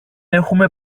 έχουμε